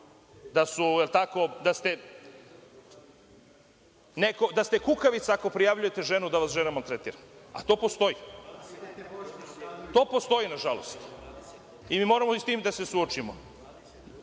da ste kukavica ako prijavljujete ženu da vas žena maltretira, a to postoji. To postoji, na žalost, i mi moramo i sa tim da se suočimo,